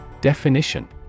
Definition